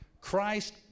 Christ